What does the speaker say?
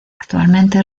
actualmente